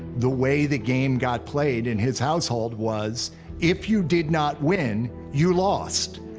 the way the game got played in his household was if you did not win, you lost.